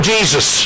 Jesus